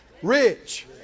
Rich